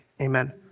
amen